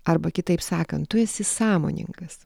arba kitaip sakant tu esi sąmoningas